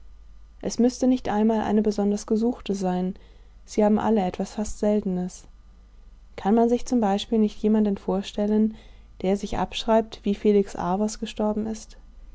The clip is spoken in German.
es müßte nicht einmal eine besonders gesuchte sein sie haben alle etwas fast seltenes kann man sich zum beispiel nicht jemanden vorstellen der sich abschreibt wie felix arvers gestorben ist